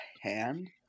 hand